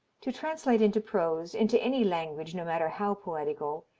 to translate into prose, into any language no matter how poetical,